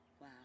Wow